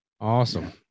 Awesome